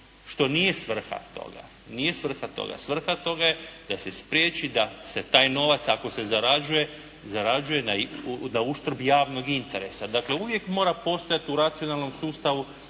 toga, nije svrha toga. Svrha toga je da se spriječi da se taj novac, ako se zarađuje, zarađuje na uštrb javnog interesa. Dakle, uvijek mora postojati u racionalnom sustavu